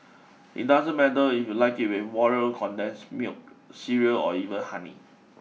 it doesn't matter if you like it with water condensed milk cereal or even honey